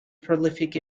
prolific